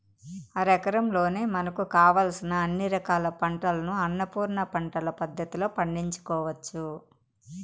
అరెకరంలోనే మనకు కావలసిన అన్ని రకాల పంటలను అన్నపూర్ణ పంటల పద్ధతిలో పండించుకోవచ్చు